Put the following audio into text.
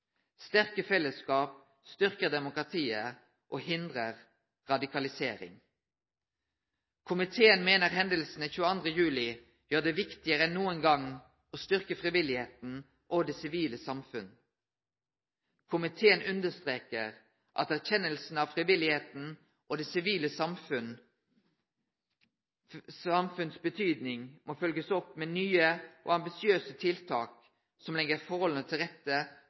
Sterke fellesskap styrker demokratiet og hindrer radikalisering. Komiteen mener hendelsene 22. juli gjør det viktigere enn noen gang å styrke frivilligheten og det sivile samfunn . Komiteen understreker at erkjennelsen av frivilligheten og det sivile samfunns betydning må følges opp med nye og ambisiøse tiltak som legger forholdene til rette